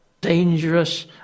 dangerous